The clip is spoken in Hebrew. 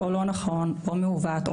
לא נכון או מעוות.